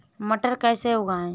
मटर कैसे उगाएं?